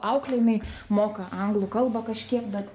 auklė jinai moka anglų kalbą kažkiek bet